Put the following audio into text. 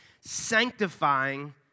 sanctifying